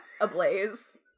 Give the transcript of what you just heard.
ablaze